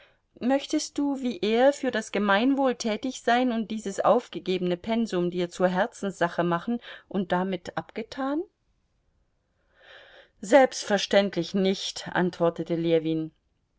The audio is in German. möchtest du wie er für das gemeinwohl tätig sein und dieses aufgegebene pensum dir zur herzenssache machen und damit abgetan selbstverständlich nicht antwortete ljewin